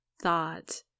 thought